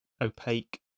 opaque